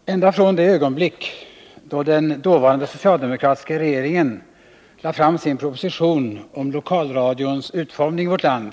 Fru talman! Ända från det ögonblick då den dåvarande socialdemokratiska Onsdagen den regeringen lade fram sin proposition om lokalradions utformning i vårt land, 28 november 1979